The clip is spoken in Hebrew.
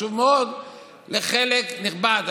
חשוב מאוד לחלק נכבד,